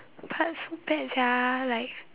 but so bad sia like